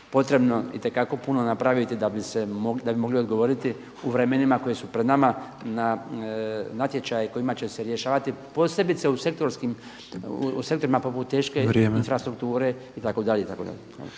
potrebno itekako puno napraviti da bi se moglo, da bi mogli odgovoriti u vremenima koji su pred nama na natječaje kojima će se rješavati posebice u sektorima poput teške infrastrukture itd.,